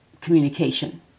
communication